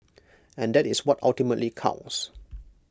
and that is what ultimately counts